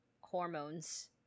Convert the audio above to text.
hormones